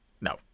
No